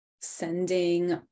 sending